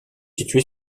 situé